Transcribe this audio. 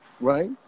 right